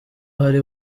hari